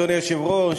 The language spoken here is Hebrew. אדוני היושב-ראש,